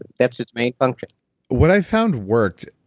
that's its main function what i've found worked,